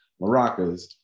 maracas